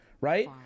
right